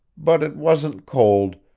but it wasn't cold,